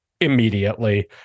immediately